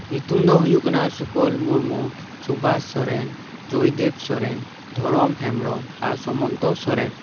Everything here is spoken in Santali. ᱧᱩᱛᱩᱢ ᱫᱚ ᱦᱩᱭᱩᱜ ᱠᱟᱱᱟ ᱥᱩᱠᱚᱞ ᱢᱩᱨᱢᱩ ᱥᱩᱵᱷᱟᱥ ᱥᱚᱨᱮᱱ ᱡᱚᱭ ᱫᱮᱵ ᱥᱚᱨᱮᱱ ᱫᱷᱚᱨᱚᱢ ᱦᱮᱢᱵᱨᱚᱢ ᱟᱨ ᱥᱩᱢᱚᱱᱛᱚ ᱥᱚᱨᱮᱱ